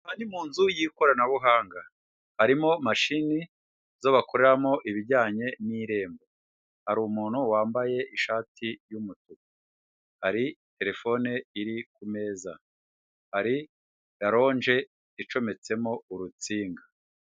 Aha ni mu nzu y'ikoranabuhanga harimo mashini zo bakoreramo ibijyanye n'Irembo, hari umuntu wambaye ishati y'umutuku, hari terefone iri ku meza, hari raronje icometseho urutsinga.